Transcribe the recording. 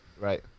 Right